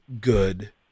good